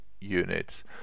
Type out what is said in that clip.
units